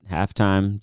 Halftime